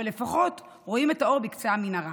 אבל לפחות רואים את האור בקצה המנהרה.